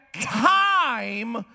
time